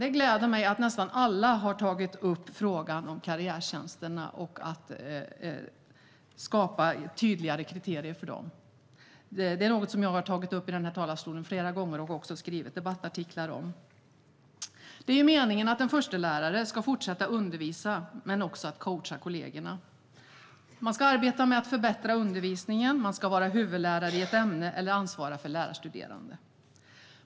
Det gläder mig att nästan alla har tagit upp frågan om karriärtjänster och att skapa tydligare kriterier för dem. Det är något som jag har tagit upp i denna talarstol flera gånger och också skrivit debattartiklar om. Det är meningen att förstelärare ska fortsätta att undervisa men också coacha kollegor. De ska arbeta med att förbättra undervisningen, vara huvudlärare i ett ämne eller ansvara för lärarstuderande.